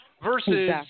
Versus